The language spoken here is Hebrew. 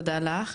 תודה לך.